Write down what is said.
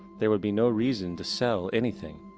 there would be no reason to sell anything.